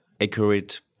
accurate